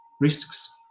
risks